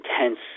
intense